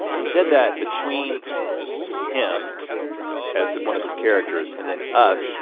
he said that between him as one of his characters, and then us,